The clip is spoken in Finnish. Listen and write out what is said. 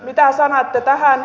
mitä sanotte tähän